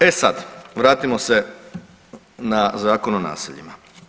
E sad vratimo se na Zakon o naseljima.